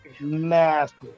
massive